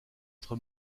être